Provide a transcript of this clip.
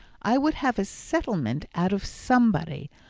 i would have a settlement out of somebody,